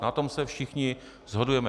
Na tom se všichni shodujeme.